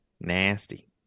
Nasty